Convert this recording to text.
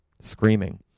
screaming